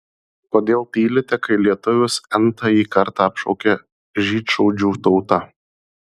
kodėl tylite kai lietuvius n tąjį kartą apšaukia žydšaudžių tauta